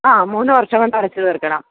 ആ മൂന്നു വര്ഷം കൊണ്ടടച്ചു തീര്ക്കണം